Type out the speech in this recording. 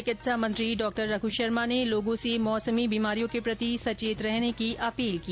चिकित्सा मंत्री रघु शर्मा ने लोगों से मौसमी बीमारियों के प्रति सचेत रहने की अपील की